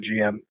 GM